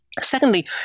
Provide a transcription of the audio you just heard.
Secondly